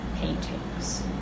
paintings